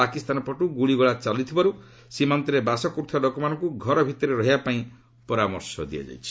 ପାକିସ୍ତାନ ପଟୁ ଗୁଳାଗୋଳି ଚାଲୁଥିବାରୁ ସୀମାନ୍ତରେ ବାସ କରୁଥିବା ଲୋକମାନଙ୍କୁ ଘର ଭିତରେ ରହିବାପାଇଁ ପରାମର୍ଶ ଦିଆଯାଇଛି